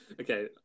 okay